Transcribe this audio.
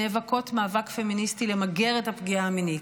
נאבקות מאבק פמיניסטי למגר את הפגיעה המינית.